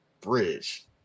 bridge